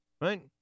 Right